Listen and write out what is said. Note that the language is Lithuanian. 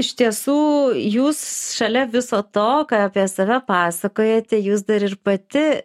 iš tiesų jūs šalia viso to ką apie save pasakojate jūs dar ir pati